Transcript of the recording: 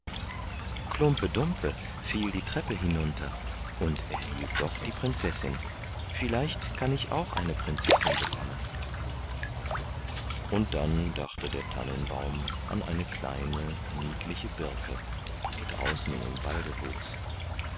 klumpe dumpe fiel die treppe hinunter und erhielt doch die prinzessin vielleicht kann ich auch eine prinzessin bekommen und dann dachte der tannenbaum an eine kleine niedliche birke die draußen im walde wuchs